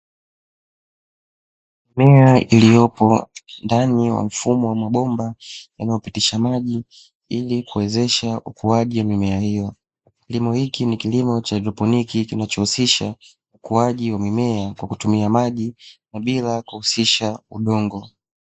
Mimea iliyopo ndani ya mfumo wa mabomba unaopitisha maji ilikuwezesha ukuaji mimea hiyo, kilimo hichi ni kilimo cha haidroponi kinachohusisha ukuiaji wa mimea kwa kutumia maji bila kuhusisha udongo.